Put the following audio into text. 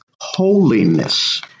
holiness